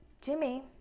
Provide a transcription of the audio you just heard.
Jimmy